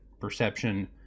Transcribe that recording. Perception